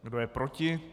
Kdo je proti?